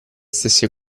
stesse